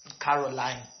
Caroline